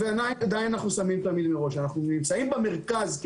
כשאנחנו נמצאים במרכז,